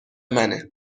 منه